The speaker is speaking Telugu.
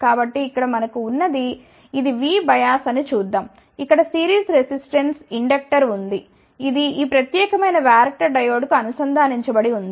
కాబట్టి ఇక్కడ మనకు ఉన్నది ఇది V బయాస్ అని చూద్దాం ఇక్కడ సిరీస్ రెసిస్టెన్స్ ఇండక్టర్ ఉంది ఇది ఈ ప్రత్యేకమైన వ్యారక్టర్ డయోడ్కు అనుసంధానించబడి ఉంది